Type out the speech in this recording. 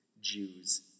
jews